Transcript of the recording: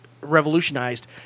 revolutionized